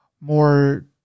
more